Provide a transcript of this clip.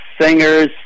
Singers